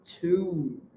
Two